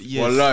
Yes